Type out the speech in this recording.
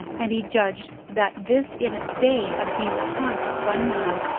and he judged that this in its day had been the haunt of one man,